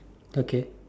okay